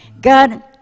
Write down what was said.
god